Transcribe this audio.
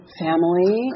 family